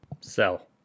Sell